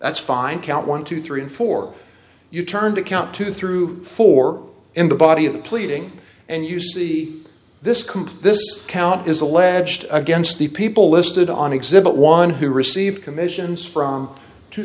that's fine count one two three and four you turn to count two through four in the body of the pleading and you see this complete this count is alleged against the people listed on exhibit one who received commissions from two